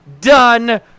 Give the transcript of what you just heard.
done